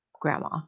Grandma